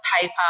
paper